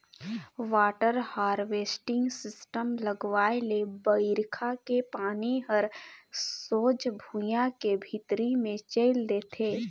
water harvesting system लगवाए ले बइरखा के पानी हर सोझ भुइयां के भीतरी मे चइल देथे